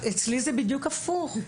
אצלי זה בדיוק הפוך,